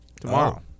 tomorrow